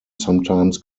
sometimes